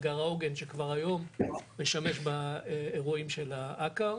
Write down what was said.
מאגר העוגן שכבר היום משמש באירועים של העכר.